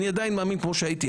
אני עדיין מאמין כמו אז,